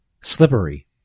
Slippery